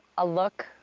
a look,